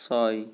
ছয়